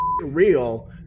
real